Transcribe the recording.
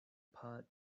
pot